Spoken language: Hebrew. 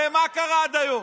הרי מה קרה עד היום?